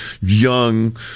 young